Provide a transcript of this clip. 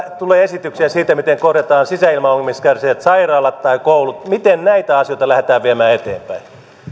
tulee esityksiä siitä miten korjataan sisäilmaongelmista kärsivät sairaalat tai koulut miten näitä asioita lähdetään viemään eteenpäin